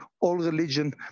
all-religion